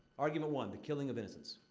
argument one, the killing of innocents.